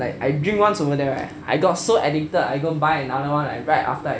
I drink once over there I got so addicted I go buy another one like right after